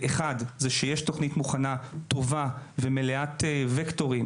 אז: א׳ - יש תוכנית מוכנה שהיא טובה ומלאת ווקטורים,